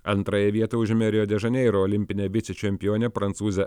antrąją vietą užėmė rio de žaneiro olimpinė vicečempionė prancūzė